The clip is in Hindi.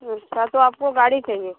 अच्छा तो आपको गाड़ी चाहिए